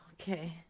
Okay